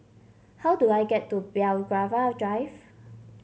how do I get to Belgravia Drive